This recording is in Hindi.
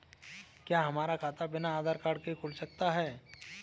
क्या हमारा खाता बिना आधार कार्ड के खुल सकता है?